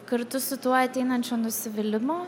kartu su tuo ateinančio nusivylimo